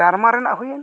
ᱨᱮᱱᱟᱜ ᱦᱩᱭᱮᱱ